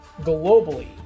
globally